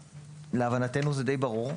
להבנתנו, זה די ברור.